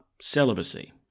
celibacy